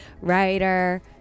Writer